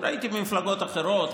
ראיתי ממפלגות אחרות,